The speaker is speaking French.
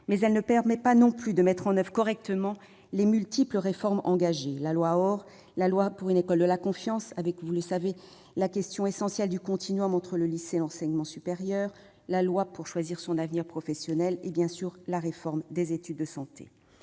mais elle ne permet pas non plus de mettre en oeuvre correctement les multiples réformes engagées : la loi ORE, la loi pour une école de la confiance, qui pose la question essentielle du continuum entre le lycée et l'enseignement supérieur, la loi pour la liberté de choisir son avenir professionnel et, bien sûr, la réforme des études de santé.